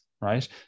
right